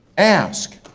ask!